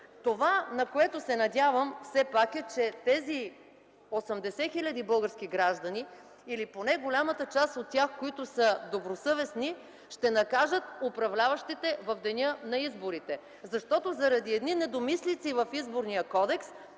Това, на което се надявам, все пак е, че тези 80 хил. български граждани или поне голямата част от тях, които са добросъвестни, ще накажат управляващите в деня на изборите, защото заради едни недомислици в Изборния кодекс